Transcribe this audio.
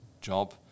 job